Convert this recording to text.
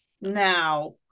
now